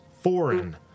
Foreign